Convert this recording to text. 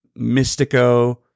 Mystico